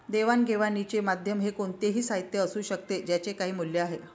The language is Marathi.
देवाणघेवाणीचे माध्यम हे कोणतेही साहित्य असू शकते ज्याचे काही मूल्य आहे